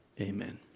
Amen